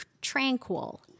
tranquil